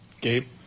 Gabe